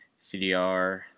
CDR